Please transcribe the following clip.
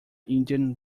indian